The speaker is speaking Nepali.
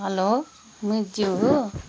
हेलो मितज्यु हो